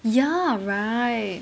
ya right